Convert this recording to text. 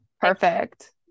perfect